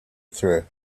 through